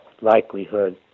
likelihood